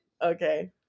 Okay